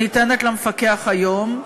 שניתנת למפקח היום,